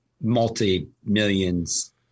multi-millions